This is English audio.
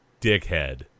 dickhead